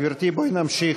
גברתי, בואי נמשיך.